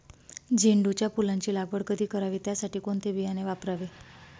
झेंडूच्या फुलांची लागवड कधी करावी? त्यासाठी कोणते बियाणे वापरावे?